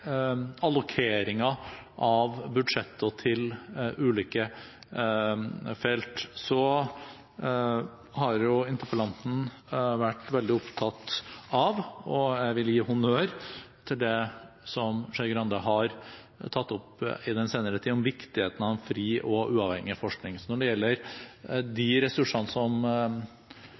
allokeringen av budsjetter til ulike felt, har interpellanten vært veldig opptatt av – jeg vil gi honnør til representanten Skei Grande for å ha tatt opp dette i den senere tid – viktigheten av en fri og uavhengig forskning. Når det gjelder de ressursene som